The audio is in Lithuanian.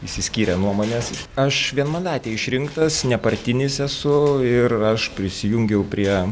išsiskyrė nuomonės aš vienmandatėj išrinktas nepartinis esu ir aš prisijungiau prie